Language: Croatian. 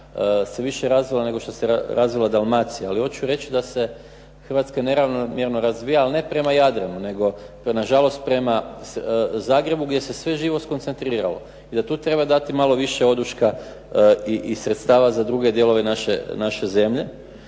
se više razvila nego što se razvila Dalmacija, ali hoću reći da se Hrvatska neravnomjerno razvija, ali ne prema Jadranu nego nažalost prema Zagrebu gdje se sve živo skoncentriralo i da tu treba dati malo više oduška i sredstava za druge dijelove naše zemlje.